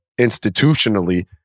institutionally